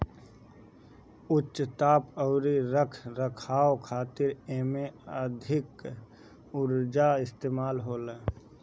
उच्च ताप अउरी रख रखाव खातिर एमे अधिका उर्जा इस्तेमाल होला